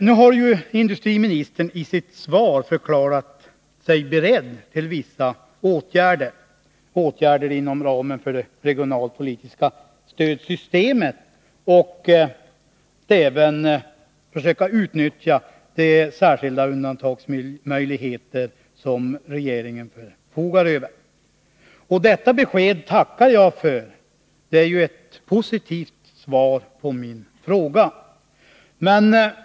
Nu har industriministern i sitt svar förklarat sig beredd att vidta vissa åtgärder — åtgärder inom ramen för det regionalpolitiska stödsystemet — och även försöka utnyttja de särskilda undantagsmöjligheter som regeringen förfogar över. Detta besked tackar jag för; det är ju ett positivt svar på min fråga.